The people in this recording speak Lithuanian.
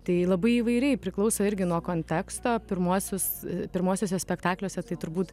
tai labai įvairiai priklauso irgi nuo konteksto pirmuosius pirmuosiuose spektakliuose tai turbūt